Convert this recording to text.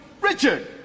Richard